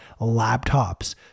laptops